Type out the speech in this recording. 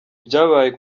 byabaye